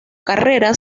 carrera